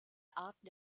arten